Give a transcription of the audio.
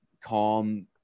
calm